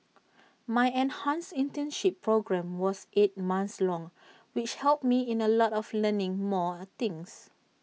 my enhanced internship programme was eight months long which helped me in A lot of learning more things